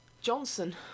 Johnson